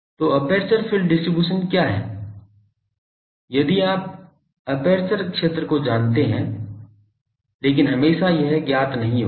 तो aperture field distribution क्या है यदि आप एपर्चर क्षेत्र को जानते हैं लेकिन हमेशा यह ज्ञात नहीं होगा